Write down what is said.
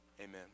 Amen